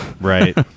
right